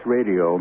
Radio